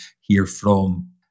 herefrom